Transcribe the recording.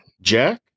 Jack